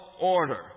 order